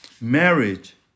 Marriage